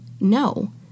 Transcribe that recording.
No